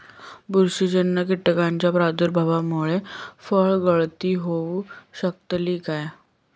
बुरशीजन्य कीटकाच्या प्रादुर्भावामूळे फळगळती होऊ शकतली काय?